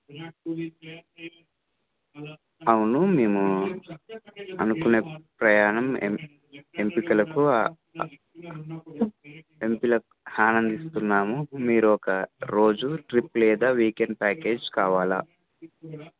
అవును మేము అనుకునే ప్రయాణం ఎం ఎంపికలకు ఎంపల ఆనందిస్తున్నాము మీకు ఒక రోజు ట్రిప్ లేదా వీకెండ్ ప్యాకేజ్ కావాలా